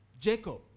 Jacob